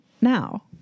now